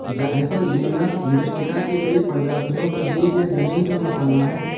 जायफल genus Myristica की कई प्रजातियों का बीज या जमीन का मसाला है